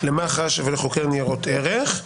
למח"ש ולחוקר ניירות ערך.